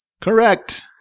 Correct